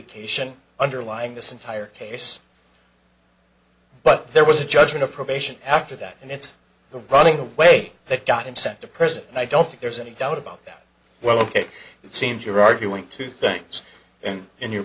adjudication underlying this entire case but there was a judgment of probation after that and it's the bunning away that got him sent to prison and i don't think there's any doubt about that well ok it seems you're arguing two things and in your